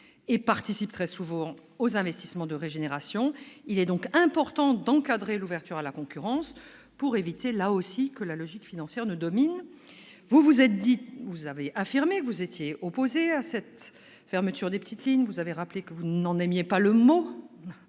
et participe très souvent aux investissements de régénération. Il est donc important d'encadrer l'ouverture à la concurrence afin d'éviter que, là aussi, la logique financière ne domine. Vous avez affirmé que vous étiez opposée à cette fermeture des « petites lignes », une expression que vous n'aimez pas, vous